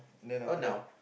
on now